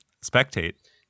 spectate